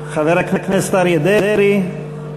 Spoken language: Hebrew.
חבר הכנסת אריה דרעי,